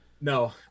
No